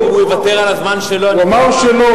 אם הוא יוותר על הזמן שלו, אני, הוא אמר שלא.